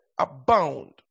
abound